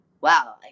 wow